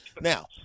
Now